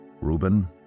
Reuben